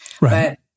Right